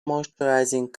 moisturising